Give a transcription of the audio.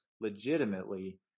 legitimately